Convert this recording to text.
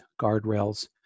guardrails